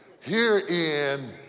Herein